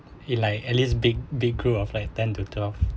he like at least big big group of like ten to twelve